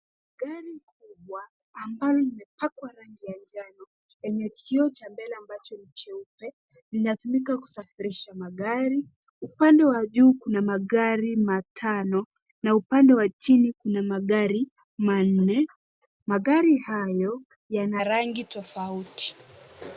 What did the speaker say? Gari kubwa, ambalo limepakwa rangi ya njano, lenye kioo cha mbele ambacho ni cheupe, linatumika kusafirisha magari. Upande wa juu kuna magari matano na upande wa chini kuna magari manne. Magari hayo yana rangi tofauti.